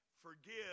Forgive